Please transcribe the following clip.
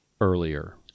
earlier